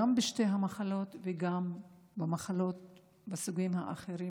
שתי המחלות וגם של מחלות מהסוגים האחרים,